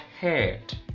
head